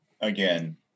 Again